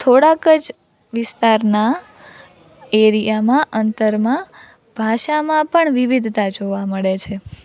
થોડાક જ વિસ્તારના એરિયામાં અંતરમાં ભાષામાં પણ વિવિધતા જોવા મળે છે